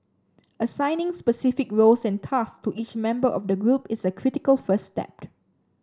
assigning specific roles and tasks to each member of the group is a critical first step